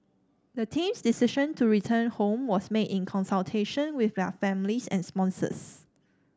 the team's decision to return home was made in consultation with their families and sponsors